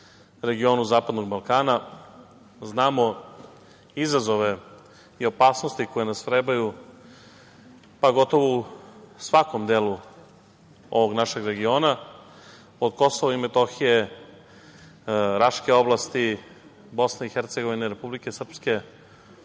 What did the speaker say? regionu zapadnog Balkana, znamo izazove i opasnosti koje nas vrebaju, pa gotovo u svakom delu ovog našeg regiona: od Kosova i Metohije, raške oblasti, Bosne i Hercegovine, Republike Srpske,